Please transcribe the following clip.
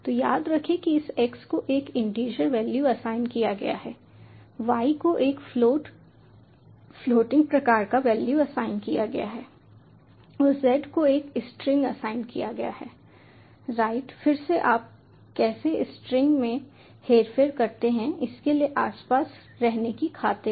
तो याद रखें कि इस x को एक इंटीजर वैल्यू असाइन किया गया है y को एक फ्लोट फ्लोटिंग प्रकार का वैल्यू असाइन किया गया है और z को एक स्ट्रिंग असाइन किया गया है राइट फिर से आप कैसे स्ट्रिंग में हेरफेर करते हैं इसके लिए आसपास रहने की खातिर